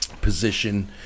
position